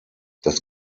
das